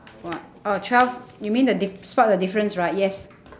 what oh twelve you mean the dif~ spot the difference right yes